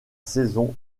saison